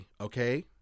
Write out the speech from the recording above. okay